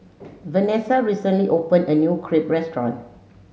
Vanesa recently opened a new Crepe Restaurant